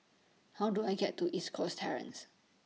How Do I get to East Coast Terrace